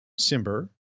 Simber